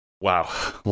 Wow